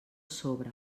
sobre